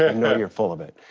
and know you're full of it.